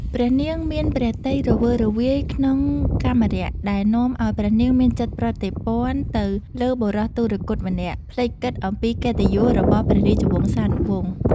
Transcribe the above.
ព្រះនាងមានព្រះទ័យរវើរវាយក្នុងកាមរាគ ដែលនាំឲ្យព្រះនាងមានចិត្តប្រតិព័ទ្ធទៅលើបុរសទុគ៌តម្នាក់ ភ្លេចគិតអំពីកិត្តិយសរបស់ព្រះរាជវង្សានុវង្ស ។